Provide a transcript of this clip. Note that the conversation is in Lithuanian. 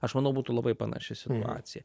aš manau būtų labai panaši situacija